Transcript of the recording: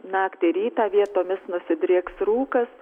naktį rytą vietomis nusidrieks rūkas